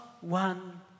one